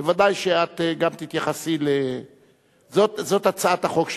בוודאי שאת גם תתייחסי, זאת הצעת החוק שלה.